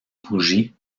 bougie